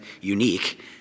unique